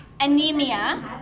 Anemia